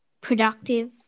Productive